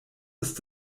ist